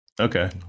Okay